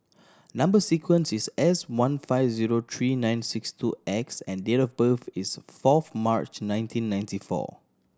number sequence is S one five zero three nine six two X and date of birth is fourth March nineteen ninety four